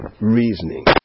reasoning